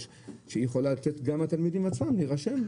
שהיא יכולה לתת גם לתלמידים עצמם להירשם,